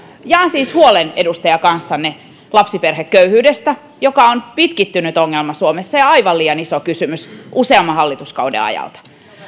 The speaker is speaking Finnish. jaan siis huolen edustaja kanssanne lapsiperheköyhyydestä joka on pitkittynyt ongelma suomessa ja aivan liian iso kysymys useamman hallituskauden ajalta